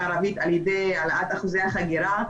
הערבית על ידי העלאת אחוזי החגירה,